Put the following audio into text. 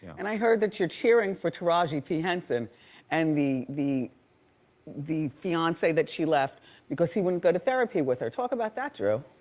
and i heard that you're cheering for taraji p. henson and the the fiance that she left because he wouldn't go to therapy with her. talk about that, drew.